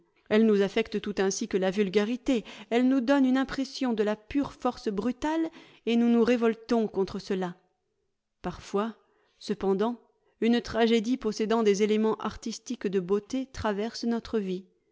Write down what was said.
elles nous affectent tout ainsi que la vulgarité elles nous donnent une impression de la pure force brutale et nous nous révoltons contre cela parfois cependant une tragédie possédant des éléments artistiques de beauté traverse notre vie